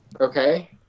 Okay